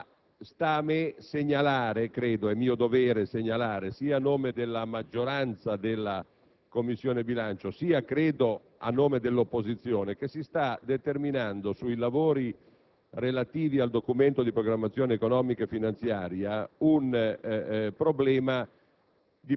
non sta a me deliberare, ma credo sia mio dovere segnalare, sia a nome della maggioranza della Commissione bilancio sia - credo - a nome dell'opposizione, che si sta determinando sui lavori relativi al Documento di programmazione economico-finanziaria un problema